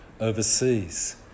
overseas